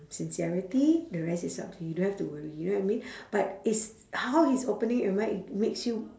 sincerity the rest is up to you you don't have to worry you know what I mean but it's how he's opening your mind it makes you